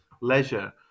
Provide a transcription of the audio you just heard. leisure